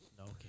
Okay